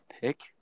pick